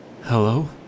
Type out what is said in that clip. Hello